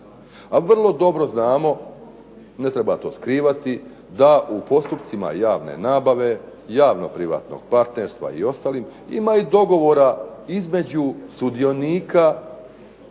A vrlo dobro znamo, ne treba to skrivati, da u postupcima javne nabave, javnog privatnog partnerstva i ostalim ima i dogovora između sudionika